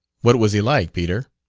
what was he like, peter?